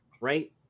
right